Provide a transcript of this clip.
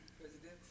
President